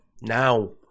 now